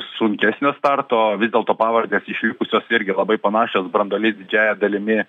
sunkesnio starto vis dėlto pavardės išlikusios irgi labai panašios branduolys didžiąja dalimi